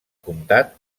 comtat